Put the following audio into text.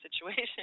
situation